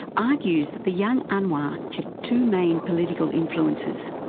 argues that the young anwar had two main political influences.